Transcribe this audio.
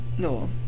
No